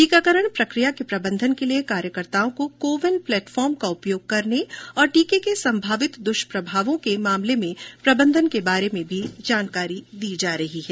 टीकाकरण प्रकिया के प्रबंधन के लिए कार्यकर्ताओं को कोविंन प्लेटफार्म का उपयोग करने और टीके के संभावित दुष्प्रभावों के मामलों के प्रबंधन के बारे में भी जानकारी दी जा रही है